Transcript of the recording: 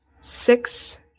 six